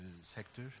sector